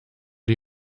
die